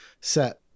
set